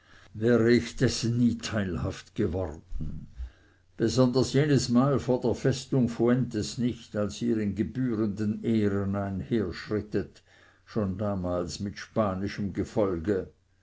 wäre ich dessen nie teilhaft geworden besonders jenes mal vor der festung fuentes nicht als ihr in gebührenden ehren einherschrittet schon damals mit spanischem gefolge